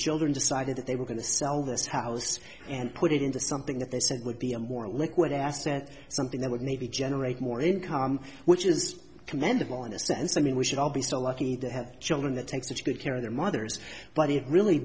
children decided that they were going to sell this house and put it into something that they said would be a more liquid asset something that would maybe generate more income which is commendable in a sense i mean we should all be so lucky to have children that take such good care of their mothers but it really